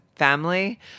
family